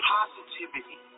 Positivity